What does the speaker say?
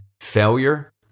Failure